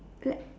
like